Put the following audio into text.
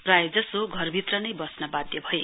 प्राय जयो घर भित्रनै बस्न बाध्य भए